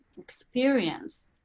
experience